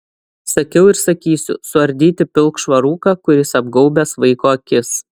sakiau ir sakysiu suardyti pilkšvą rūką kuris apgaubęs vaiko akis